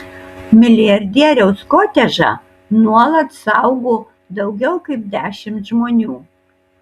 milijardieriaus kotedžą nuolat saugo daugiau kaip dešimt žmonių